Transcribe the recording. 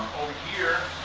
here